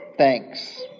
thanks